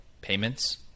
payments